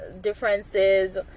differences